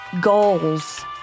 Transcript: Goals